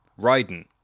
ryden